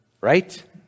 right